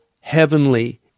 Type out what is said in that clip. heavenly